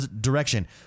direction